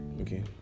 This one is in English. okay